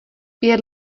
pět